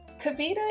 Kavita